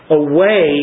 away